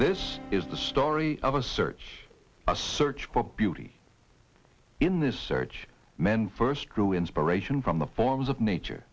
this is the story of a search a search for beauty in this search men first drew inspiration from the forms of nature